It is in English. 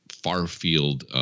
far-field